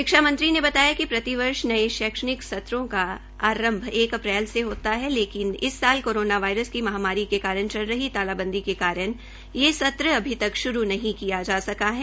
शिक्षा मंत्री ने बताया कि प्रतिवर्ष नये शैक्षणिक सूत्रो का आरंभ एक अप्रैल् से होता है लेकिन इस साल कोरोना की महामारी के कारण चल रही तालाबंदी के कारण यह सत्र अभी तक श्रू नहीं किया जा सका है